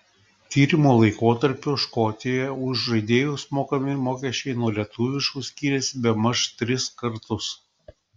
tyrimo laikotarpiu škotijoje už žaidėjus mokami mokesčiai nuo lietuviškų skyrėsi bemaž tris kartus